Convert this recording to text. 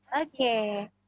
Okay